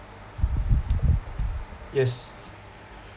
yes